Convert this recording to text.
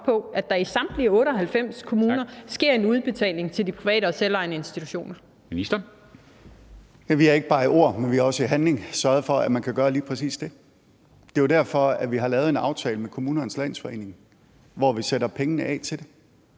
Dam Kristensen): Ministeren. Kl. 13:08 Finansministeren (Nicolai Wammen): Vi har ikke bare i ord, men også i handling sørget for, at man kan gøre lige præcis det. Det er jo derfor, at vi har lavet en aftale med Kommunernes Landsforening, hvor vi sætter pengene af til det.